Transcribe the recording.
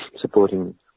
supporting